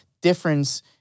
difference